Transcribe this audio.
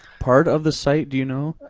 part of the site? do you know?